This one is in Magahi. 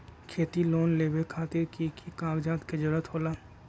खेती लोन लेबे खातिर की की कागजात के जरूरत होला?